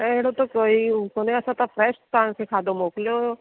त अहिड़ो त कोई बि कोन्हे असां त फ्रैश तव्हांखे खाधो मोकिलियो हुओ